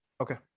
Okay